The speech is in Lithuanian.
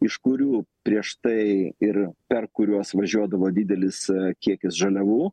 iš kurių prieš tai ir per kuriuos važiuodavo didelis kiekis žaliavų